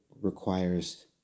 requires